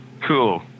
cool